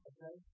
Okay